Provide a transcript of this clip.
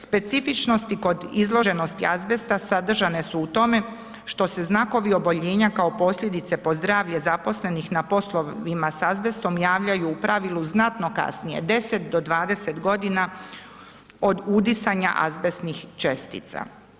Specifičnosti kod izloženosti azbesta sadržane su u tome što se znakovi oboljenja kao posljedice po zdravlje zaposlenih na poslovima s azbestom, javljaju u pravilu znatno kasnije, 10 do 20 g. od udisanja azbestnih čestica.